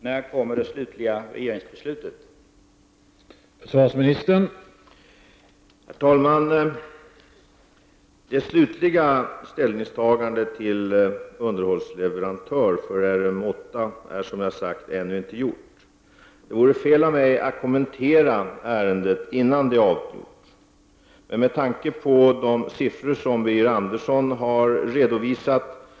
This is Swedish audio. När kommer det slutliga regeringsbeslutet att fattas?